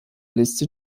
liste